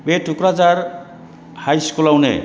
बे टुक्राझार हाइ स्कुलावनो